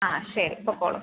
ആ ശരി പൊക്കോളൂ